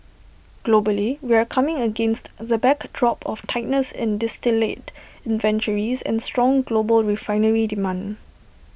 globally we're coming against the backdrop of tightness in distillate inventories and strong global refinery demand